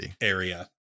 area